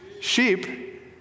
sheep